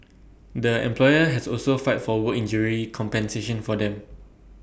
the employer has also filed for work injury compensation for them